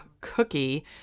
cookie